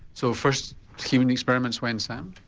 so first human experiments when, sam?